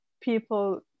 people